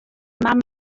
mam